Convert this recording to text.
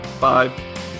bye